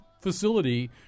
facility